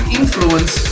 influence